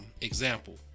Example